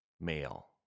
male